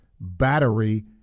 battery